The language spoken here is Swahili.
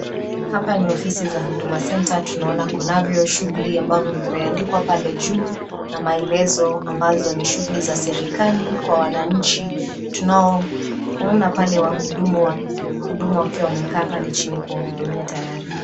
Hapa ni ofisi za Huduma Center . Tunaona kunavyo shuguli ambayo vimeandikwa pale juu na maelezo ambazo ni shuguli za serikali kwa wananchi Tunao waona pale wahudumu wa huduma wakiwa wamekaa pale chini kuwa hudumia tayari.